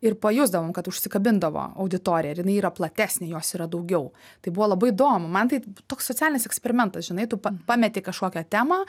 ir pajusdavom kad užsikabindavo auditorija ir jinai yra platesnė jos yra daugiau tai buvo labai įdomu man tai toks socialinis eksperimentas žinai tu pa pameti kažkokią temą